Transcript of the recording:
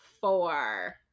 four